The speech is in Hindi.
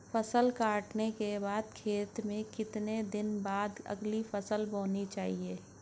फसल काटने के बाद खेत में कितने दिन बाद अगली फसल बोनी चाहिये?